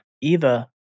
EVA